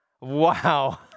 wow